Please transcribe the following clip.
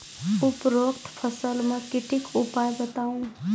उपरोक्त फसल मे कीटक उपाय बताऊ?